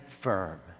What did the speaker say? firm